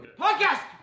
Podcast